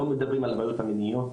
לא מדברים על הבעיות המיניות,